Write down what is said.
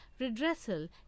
Redressal